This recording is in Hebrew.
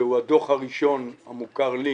זה הדוח הראשון המוכר לי